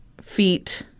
feet